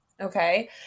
Okay